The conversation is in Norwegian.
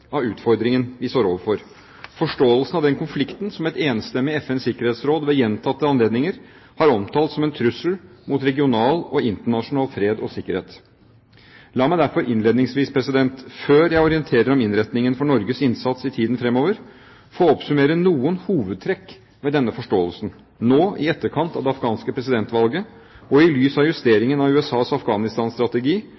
av de utfordringene vi står overfor, forståelsen av den konflikten som et enstemmig FNs sikkerhetsråd ved gjentatte anledninger har omtalt som en trussel mot regional og internasjonal fred og sikkerhet. La meg derfor innledningsvis, før jeg orienterer om innretningen for Norges innsats i tiden fremover, få oppsummere noen hovedtrekk ved denne forståelsen nå i etterkant av det afghanske presidentvalget, i lys av